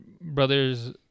brothers